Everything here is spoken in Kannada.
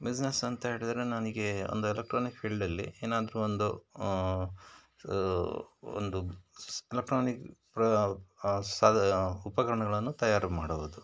ಬಿಸ್ನೆಸ್ ಅಂಥೇಳಿದರೆ ನನಗೆ ಒಂದು ಎಲೆಕ್ಟ್ರಾನಿಕ್ ಫೀಲ್ಡಲ್ಲಿ ಏನಾದ್ರೂ ಒಂದು ಒಂದು ಎಲೆಕ್ಟ್ರಾನಿಕ್ ಸಾಧ ಉಪಕರಣಗಳನ್ನು ತಯಾರು ಮಾಡುವುದು